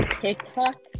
TikTok